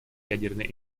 ядерной